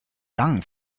young